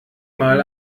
mal